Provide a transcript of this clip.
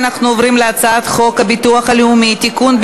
אנחנו עוברים להצעת חוק הביטוח הלאומי (תיקון,